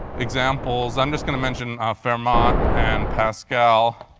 examples, i'm just going to mention our fermat and pascal